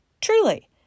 Truly